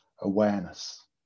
awareness